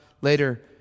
later